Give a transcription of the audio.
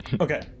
okay